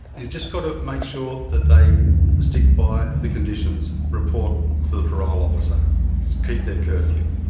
you've just got to make sure that they stick by the conditions, report to the parole officer keep their curfew,